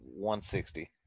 $160